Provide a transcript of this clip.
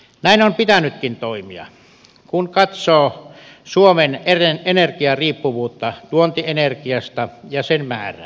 näin on pitänytkin toimia kun katsoo suomen energiariippuvuutta tuontienergiasta ja sen määrää